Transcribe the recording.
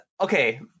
okay